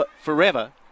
forever